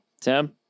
Tim